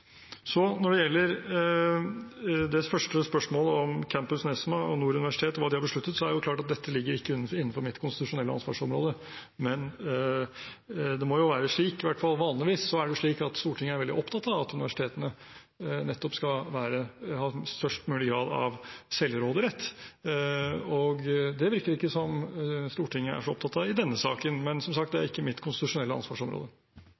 Når det gjelder det første spørsmålet, om hva campus Nesna og Nord universitet har besluttet, så ligger dette ikke innenfor mitt konstitusjonelle ansvarsområde. Men det må være slik, i hvert fall er det slik vanligvis, at Stortinget er veldig opptatt av at universitetene nettopp skal ha størst mulig grad av selvråderett. Og det virker det ikke som Stortinget er så opptatt av i denne saken. Men som sagt, det er ikke mitt konstitusjonelle ansvarsområde.